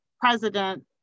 president